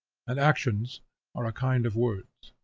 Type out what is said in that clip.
and actions are a kind of words.